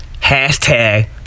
hashtag